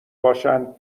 باشند